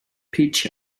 peach